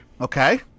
Okay